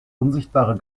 unsichtbare